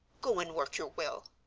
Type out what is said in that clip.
go and work your will,